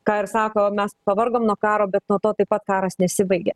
ką ir sako mes pavargom nuo karo bet nuo to taip pat karas nesibaigia